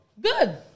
good